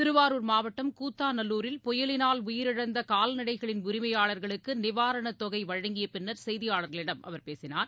திருவாரூர் மாவட்டம் கூத்தாநல்லூரில் புயலினால் உயிரிழந்தகால்நடைகளின் உரிமையாளா்களுக்குநிவாரணதொகைவழங்கியபின்னர் செய்தியாளர்களிடம் அவர் பேசினார்